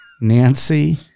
Nancy